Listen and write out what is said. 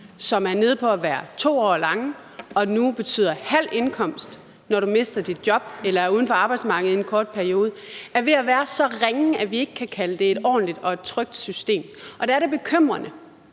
som er nede på at være 2-årige og nu betyder en halvering af indkomsten, når du mister dit job eller er uden for arbejdsmarkedet i en kort periode, er ved at være så ringe, at vi ikke kan kalde det et ordentligt og trygt system. Der er det bekymrende,